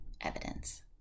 evidence